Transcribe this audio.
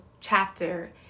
chapter